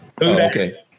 Okay